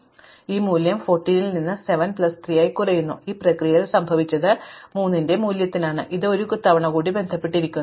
അതിനാൽ ഇപ്പോൾ ഈ മൂല്യം 14 ൽ നിന്ന് 7 പ്ലസ് 3 ആയി കുറയുന്നു എന്നാൽ ഈ പ്രക്രിയയിൽ സംഭവിച്ചത് 3 ന്റെ മൂല്യത്തിലാണ് അത് ഒരു തവണ കൂടി ബന്ധപ്പെട്ടിരിക്കുന്നു